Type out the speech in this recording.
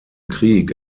krieg